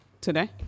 Today